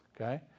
Okay